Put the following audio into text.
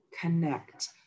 connect